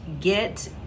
get